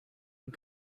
and